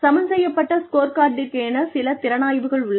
சமன்செய்யப்பட்ட ஸ்கோர்கார்டிற்கென சில திறனாய்வுகள் உள்ளன